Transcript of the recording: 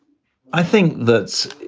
i think that's